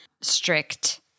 strict